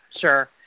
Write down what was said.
Sure